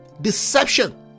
deception